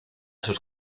sus